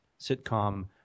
sitcom